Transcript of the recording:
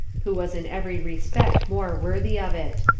who was in every respect more worthy of it.